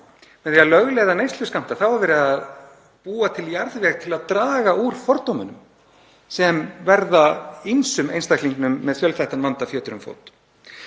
Með því að lögleiða neysluskammta er verið að búa til jarðveg til að draga úr fordómum sem verða ýmsum einstaklingum með fjölþættan vanda fjötur um fót.